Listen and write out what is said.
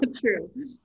true